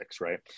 right